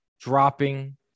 dropping